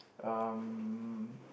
um